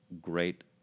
great